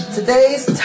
Today's